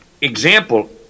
example